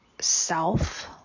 self